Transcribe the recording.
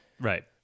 right